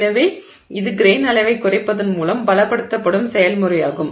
எனவே இது கிரெய்ன் அளவைக் குறைப்பதன் மூலம் பலப்படுத்தும் செயல்முறையாகும்